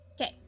Okay